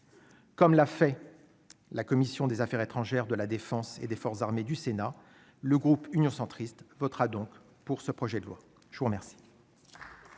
Comme l'a fait, la commission des Affaires étrangères de la Défense et des forces armées du Sénat, le groupe Union centriste votera donc pour ce projet de loi, je vous remercie.